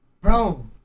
bro